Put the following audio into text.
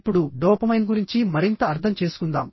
ఇప్పుడు డోపమైన్ గురించి మరింత అర్థం చేసుకుందాం